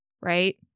right